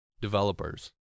developers